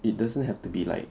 it doesn't have to be like